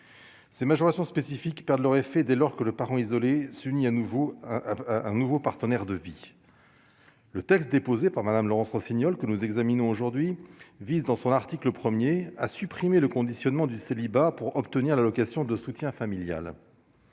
Ces majorations spécifiques perdent leur effet dès lors que le parent isolé, soumis à nouveau un un nouveau partenaire de vie. Le texte déposé par Madame Laurence Rossignol que nous examinons aujourd'hui vise dans son article 1er à supprimer le conditionnement du célibat pour obtenir l'allocation de soutien familial.